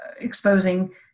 exposing